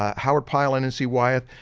um howard pyle and n c wyeth.